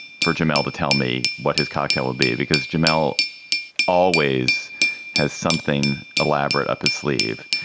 for jamal to tell me what his cocktail will be because jamal always has something elaborate up his sleeve.